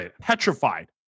petrified